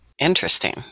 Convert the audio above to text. Interesting